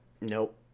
Nope